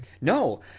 No